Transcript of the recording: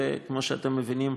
וכמו שאתם מבינים,